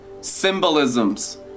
symbolisms